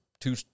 two